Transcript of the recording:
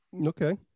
Okay